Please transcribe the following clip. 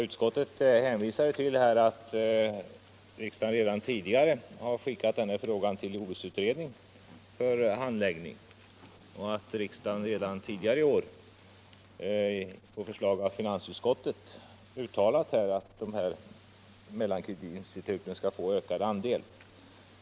Utskottet hänvisar till att riksdagen redan tidigare skickat denna fråga till jordbruksutredningen för handläggning och att riksdagen redan tidigare i år, på förslag av finansutskottet, uttalat att mellanhandsinstituten skall få en ökad andel på kapitalmarknaden.